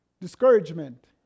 Discouragement